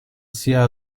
sia